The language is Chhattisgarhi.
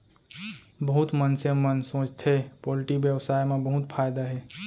बहुत मनसे मन सोचथें पोल्टी बेवसाय म बहुत फायदा हे